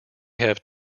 have